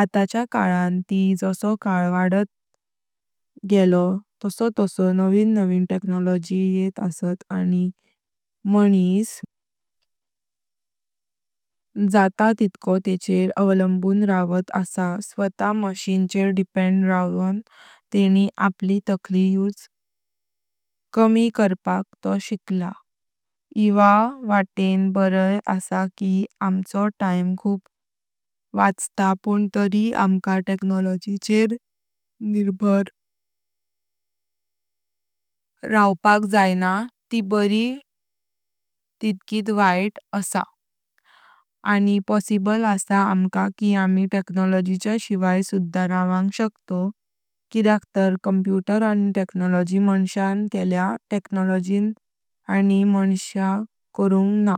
अटाच्या काळानात ती जस'काल वाढता तस तस' नवीण-नवीण टेक्नॉलॉजी येत अस आयि मानिस जाता तितको ताचेर अवलंबुन रवता अस स्वत: मशीनचेर डेपेंड रावन तेंनी आपली ताकली उशे कमी करपाक तो शिकला। एवा वाटें बराय अस कि अमचो टाइम खूप वाचता पण तरी आमका टेक्नॉलॉजीचेर निर्भर रावपाक जाइनां ति बरी तितकीत वाईट अस। आयि पॉसिबल अस आमका कि आमी टेक्नॉलॉजीच्या शिवायी सुधा रावंग शकता उप' किद्यक तरी कंप्युटर आणि टेक्नॉलॉजी मनश्यां केलेया टेक्नॉलॉजीलन मनश्यां करून न्हा।